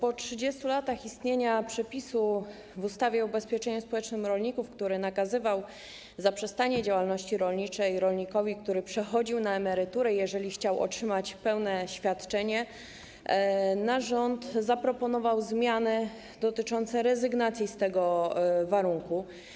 Po 30 latach istnienia przepisu w ustawie o ubezpieczeniu społecznym rolników, który nakazywał zaprzestanie działalności rolniczej rolnikowi, który przechodził na emeryturę, jeżeli chciał otrzymać pełne świadczenie, nasz rząd zaproponował zmiany dotyczące rezygnacji z tego warunku.